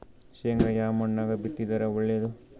ಶೇಂಗಾ ಯಾ ಮಣ್ಣಾಗ ಬಿತ್ತಿದರ ಒಳ್ಳೇದು?